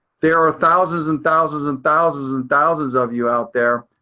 there are thousands and thousands and thousands and thousands of you out there.